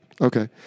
Okay